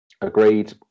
Agreed